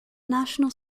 national